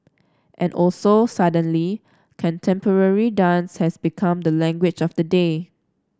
and also suddenly contemporary dance has become the language of the day